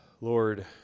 Lord